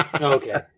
Okay